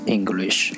English